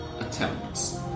attempts